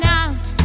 out